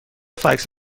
فکس